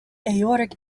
aortic